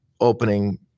opening